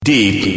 Deep